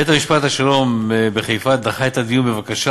בית-משפט השלום בחיפה דחה את הדיון בבקשה